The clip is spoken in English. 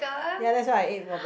ya that's why I ate for break~